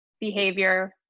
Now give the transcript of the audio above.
behavior